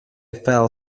fell